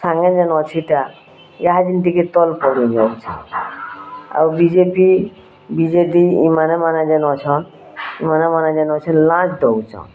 ସାଙ୍ଗେ ଯେନ୍ ଅଛେ ଇଟା ଈହାଦେ ଟିକେ ତଲ୍ ପଡ଼ିଯାଉଛେ ଆଉ B J P B J D ଏମାନେ ମାନେ ଯେନ୍ ଅଛନ୍ ଏମାନେ ମାନେ ଯେନ୍ ଅଛନ୍ ଲାଞ୍ଚ୍ ଦଉଛନ୍